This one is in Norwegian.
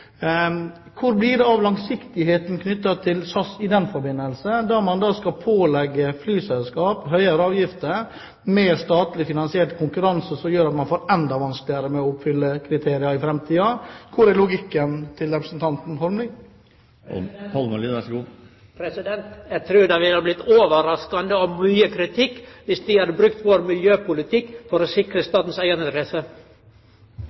Hvor blir det av langsiktigheten for SAS i den forbindelse, når man skal pålegge flyselskapene høyere avgifter med statlig finansiert konkurranse som gjør det enda vanskeligere å oppfylle kriteriene i framtiden? Hvor er logikken til representanten Holmelid? Eg trur det ville blitt overraskande og mykje kritikk dersom vi hadde brukt vår miljøpolitikk for å sikre